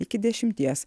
iki dešimties